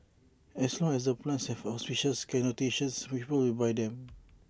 as long as the plants have auspicious connotations people will buy them